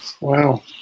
Wow